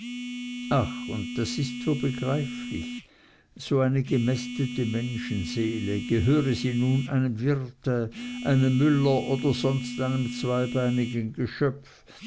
ach und das ist so begreiflich so eine gemästete menschenseele gehöre sie nun einem wirte einem müller oder sonst einem zweibeinigen geschöpf